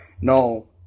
no